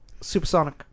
Supersonic